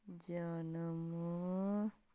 ਜਨਮ